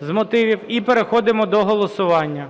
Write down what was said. з мотивів. І переходимо до голосування.